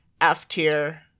F-tier